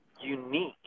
unique